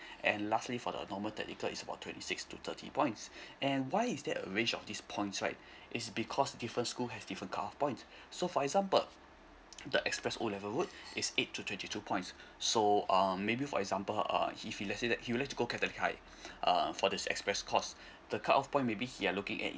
and lastly for the normal technical is about twenty six to thirty points and why is there a range of these points right it's because different school have different cut off point so for example the express O level road is eight to twenty two points so um maybe for example uh if he let's say that he like to go catholic high uh for this express course the cut off point maybe he are looking at